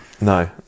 No